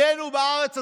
עתידנו בארץ הזו,